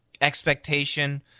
expectation